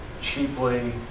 cheaply